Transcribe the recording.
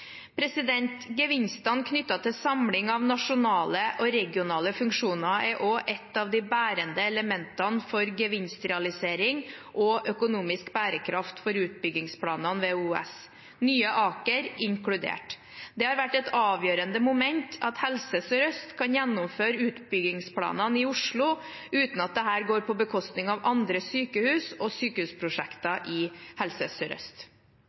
Gevinstene knyttet til samling av nasjonale og regionale funksjoner er også ett av de bærende elementene for gevinstrealisering og økonomisk bærekraft for utbyggingsplanene ved OUS, Nye Aker inkludert. Det har vært et avgjørende moment at Helse Sør-Øst kan gjennomføre utbyggingsplanene i Oslo uten at dette går på bekostning av andre sykehus og sykehusprosjekter i Helse